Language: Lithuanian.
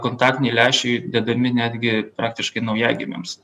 kontaktiniai lęšiai dedami netgi praktiškai naujagimiams